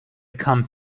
come